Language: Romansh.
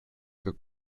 che